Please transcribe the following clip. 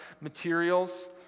materials